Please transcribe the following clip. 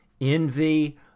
envy